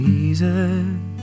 Jesus